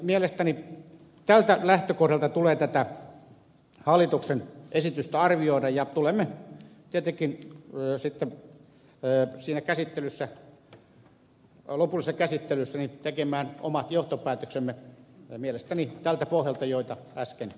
mielestäni tältä lähtökohdalta tulee tätä hallituksen esitystä arvioida ja tulemme tietenkin sitten siinä lopullisessa käsittelyssä tekemään mielestäni tältä pohjalta omat johtopäätöksemme joita äsken kerroin